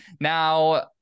Now